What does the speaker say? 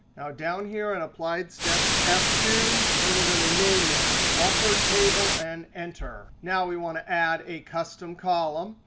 down here in and applied steps, f two. and we're going to name this bufferedtable and enter. now we want to add a custom column.